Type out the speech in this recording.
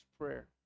prayer